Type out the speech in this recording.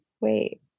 Wait